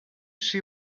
see